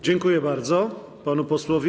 Dziękuję bardzo panu posłowi.